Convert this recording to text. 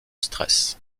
stress